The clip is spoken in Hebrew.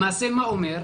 למעשה מה אומר?